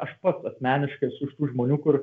aš pats asmeniškai esu iš tų žmonių kur